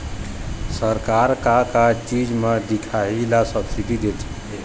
सरकार का का चीज म दिखाही ला सब्सिडी देथे?